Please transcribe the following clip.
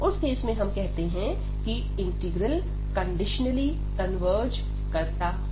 उस केस में हम कहते हैं के इंटीग्रल कंडीशनली कन्वर्ज करता है